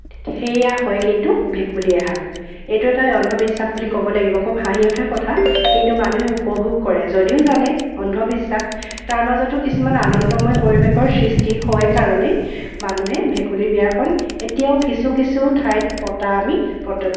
সেইয়া হয় কিন্তু ভেকুলী এহাল এইটো এটা অন্ধবিশ্বাস বুলি ক'ব লাগিব খুব হাঁহি উঠা কথা কিন্তু মানুহে উপভোগ কৰে যদিও জানে অন্ধবিশ্বাস তাৰ মাজতো কিছুমান আনন্দময় পৰিৱেশৰ সৃষ্টি হয় কাৰণে মানুহে ভেকুলী বিয়াখন এতিয়াও কিছু কিছু ঠাইত পতা আমি প্ৰত্যক্ষ কৰোঁ